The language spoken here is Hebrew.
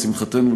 לשמחתנו,